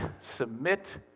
submit